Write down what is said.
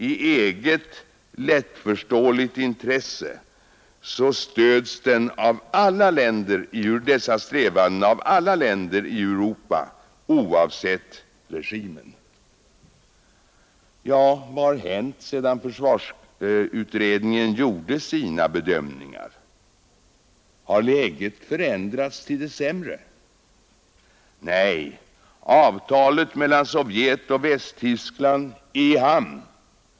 I eget lättförståeligt intresse stöds dessa strävanden av alla länder i Europa oavsett regim. Vad har hänt sedan försvarsutredningen gjorde sina bedömningar? Har läget förändrats till det sämre? Nej, avtalet mellan Sovjet och Västtyskland är i hamn.